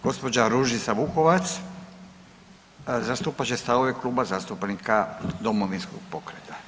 Gospođa Ružica Vukovac zastupat će stavove Kluba zastupnika Domovinskog pokreta.